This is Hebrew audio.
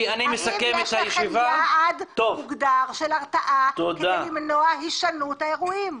האם יש לכם יעד מוגדר של הרתעה כדי למנוע הישנות האירועים?